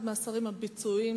אחד מהשרים הביצועיים,